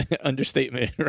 understatement